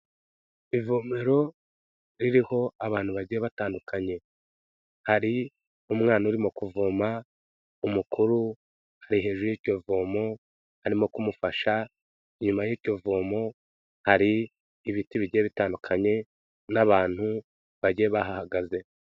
Ivomero ririho abantu bagiye batandukanye. Hari umwana urimo kuvoma, umukuru ari hejuru y'iryo vomo, arimo kumufasha, inyuma y'iryo vomo, hari ibiti bigiye bitandukanye, n'abantu bagiye bahahagaze.